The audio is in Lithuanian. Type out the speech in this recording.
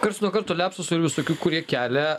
karts nuo karto liapsusų ir visokių kurie kelia